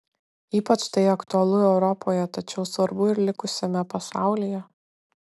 ypač tai aktualu europoje tačiau svarbu ir likusiame pasaulyje